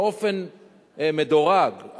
באופן מדורג,